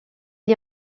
est